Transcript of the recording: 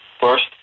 first